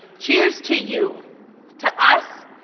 cheers to you to us,